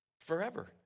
forever